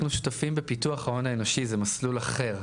אנחנו שותפים בפיתוח ההון האנושי, זה מסלול אחר.